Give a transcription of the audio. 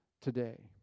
today